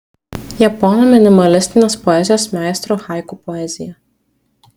japonų minimalistinės poezijos meistrų haiku poezija